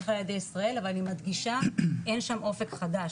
אבל אני מדגישה אין שם אופק חדש,